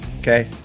Okay